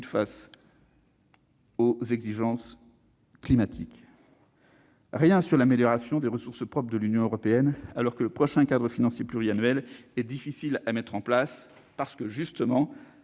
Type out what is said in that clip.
face aux exigences climatiques. Rien sur l'amélioration des ressources propres de l'Union européenne, alors que le prochain cadre financier pluriannuel est difficile à mettre en place. En effet,